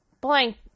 blank